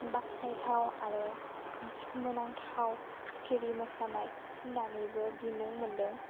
बाखनायथाव आरो सोमोनांथाव सिखिरि मोसानाय होन्नानैबो बिमुं मोनदों